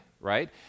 right